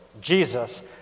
Jesus